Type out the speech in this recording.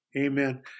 amen